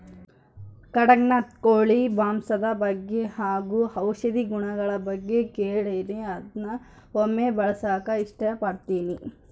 ಕಡಖ್ನಾಥ್ ಕೋಳಿ ಮಾಂಸದ ಬಗ್ಗೆ ಹಾಗು ಔಷಧಿ ಗುಣಗಳ ಬಗ್ಗೆ ಕೇಳಿನಿ ಅದ್ನ ಒಮ್ಮೆ ಬಳಸಕ ಇಷ್ಟಪಡ್ತಿನಿ